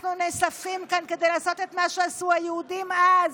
אנחנו נאספים כאן כדי לעשות את מה שעשו היהודים אז: